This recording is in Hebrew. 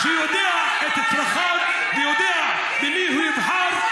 שיודע את צרכיו ויודע במי הוא יבחר.